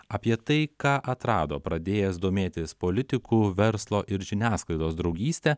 apie tai ką atrado pradėjęs domėtis politikų verslo ir žiniasklaidos draugyste